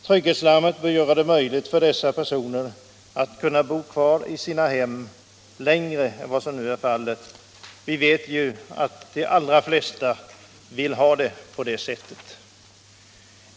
Trygghetslarmet bör göra det möjligt för dessa personer att bo kvar i sina hem längre än vad som nu är fallet — vi vet ju att de allra flesta vill ha det på det sättet.